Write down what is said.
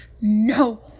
No